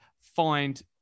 find